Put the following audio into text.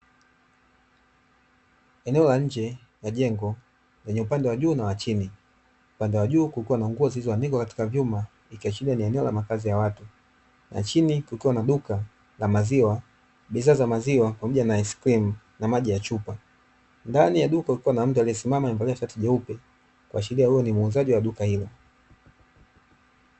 Eneo la nje ya jengo lenye upande wa juu na chini. Upande wa juu kukiwa na nguo zilizoanikwa katika vyuma, ikiashiria ni eneo la makazi ya watu, na chini kukiwa na duka la maziwa, bidhaa za maziwa, pamoja na asikilimu na maji ya chupa. Ndani ya duka kukiwa na mtu aliyesimama amevalia shati jeupe, kuashiria huyu ni muuzaji wa duka hilo.